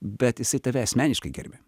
bet jisai tave asmeniškai gerbia